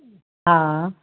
हा